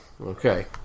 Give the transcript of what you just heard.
Okay